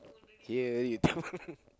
yeah you